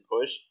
push